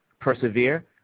Persevere